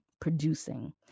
producing